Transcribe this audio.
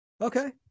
Okay